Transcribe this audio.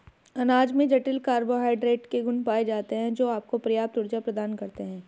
अनाज में जटिल कार्बोहाइड्रेट के गुण पाए जाते हैं, जो आपको पर्याप्त ऊर्जा प्रदान करते हैं